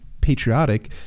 patriotic